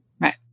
Right